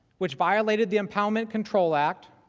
which violated the impoundment control act